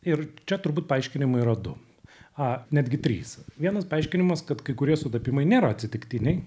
ir čia turbūt paaiškinimai rodo a netgi trys vienas paaiškinimas kad kai kurie sutapimai nėra atsitiktiniai